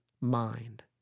mind